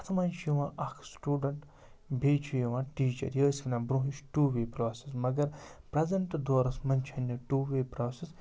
اَتھ منٛز چھُ یِوان اکھ سٹوٗڈنٛٹ بیٚیہِ چھُ یِوان ٹیٖچر یہِ ٲسۍ وَنان برونٛہہ چھِ ٹوٗ وے پراسیٚس مگر پرٮ۪زنٹ دورس منٛز چھِنہٕ یہِ ٹوٗ وے پراسیٚس